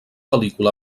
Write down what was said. pel·lícula